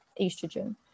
estrogen